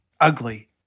ugly